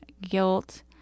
guilt